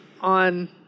on